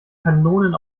kanonen